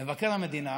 מבקר המדינה